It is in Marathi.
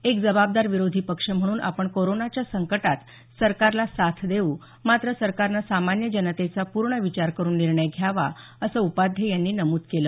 एक जबाबदार विरोधी पक्ष म्हणून आपण कोरोनाच्या संकटात सरकारला साथ देऊ मात्र सरकारने सामान्य जनतेचा पूर्ण विचार करून निर्णय घ्यावा असं उपाध्ये यांनी नमूद केलं